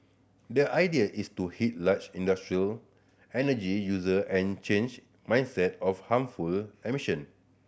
the idea is to hit large industrial energy user and change mindset on harmful emission